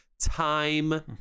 Time